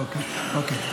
אוקיי.